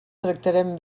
tractarem